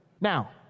Now